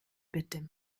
bitte